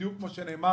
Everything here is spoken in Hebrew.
בדיוק כמו שנאמר,